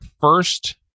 first